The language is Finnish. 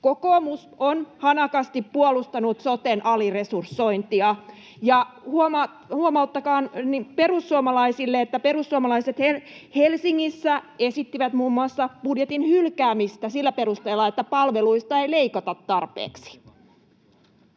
Kokoomus on hanakasti puolustanut soten aliresursointia, ja huomautan perussuomalaisille, että perussuomalaiset Helsingissä esittivät muun muassa budjetin hylkäämistä sillä perusteella, että palveluista ei leikata tarpeeksi.